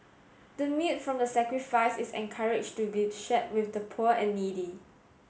the meat from the sacrifice is encouraged to be shared with the poor and needy